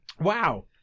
Wow